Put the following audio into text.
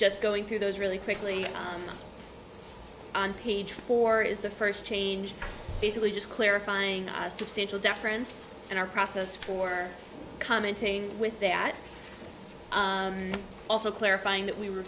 just going through those really quickly on page four is the first change basically just clarifying a substantial difference in our process for commenting with that also clarifying that we were